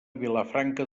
vilafranca